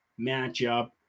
matchup